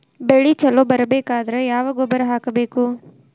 ಬೆಳಿ ಛಲೋ ಬರಬೇಕಾದರ ಯಾವ ಗೊಬ್ಬರ ಹಾಕಬೇಕು?